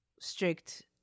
strict